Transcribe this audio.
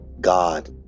God